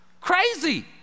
crazy